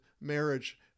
marriage